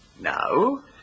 Now